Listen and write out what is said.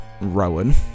Rowan